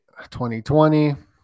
2020